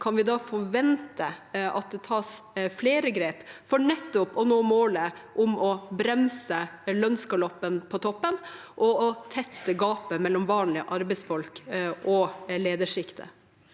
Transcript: Kan vi da forvente at det tas flere grep for nettopp å nå målet om å bremse lønnsgaloppen på toppen og tette gapet mellom vanlige arbeidsfolk og ledersjiktet?